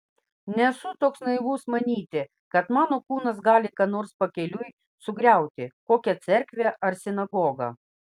nesu toks naivus manyti kad mano kūnas gali ką nors pakeliui sugriauti kokią cerkvę ar sinagogą